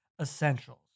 Essentials